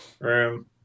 room